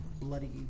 bloody